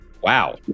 Wow